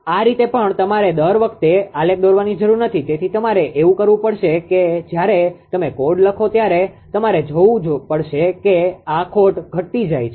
આ રીતે પણ તમારે દર વખતે આલેખ દોરવાની જરૂર નથી તેથી તમારે એવું કરવું પડશે કે જયારે તમે કોડ લખો ત્યારે તમારે જોવું પડશે કે આ ખોટ ઘટતી જાય છે